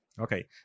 Okay